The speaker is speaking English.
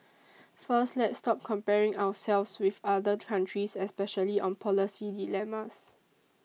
first let's stop comparing ourselves with other countries especially on policy dilemmas